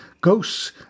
ghosts